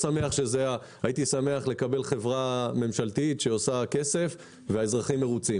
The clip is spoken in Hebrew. הייתי שמח לקבל חברה ממשלתית שעושה כסף והאזרחים מרוצים.